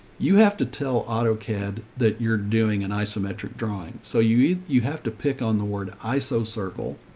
you have to tell autocad that you're doing an isometric drawing. so you eat, you have to pick on the word iso circle,